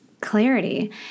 clarity